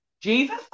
Jesus